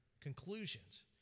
conclusions